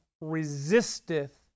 resisteth